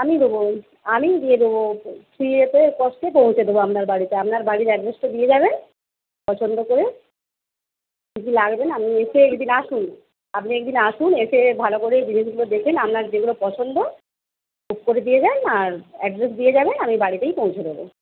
আমি দেব আমিই দিয়ে দেব ওকে ফ্রি এতে কষ্টে পৌঁছে দেব আপনার বাড়িতে আপনার বাড়ির অ্যাড্রেস দিয়ে যাবেন পছন্দ করে কি কি লাগবে আপনি এখানে একদিন আসুন আপনি এখানে একদিন আসুন এসে ভালো করে জিনিসগুলো দেখে আপনার যেগুলো পছন্দ বুক করে দিয়ে যান আর অ্যাড্রেস দিয়ে যাবেন আমি বাড়িতেই পৌঁছে দেব